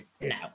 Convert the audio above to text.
No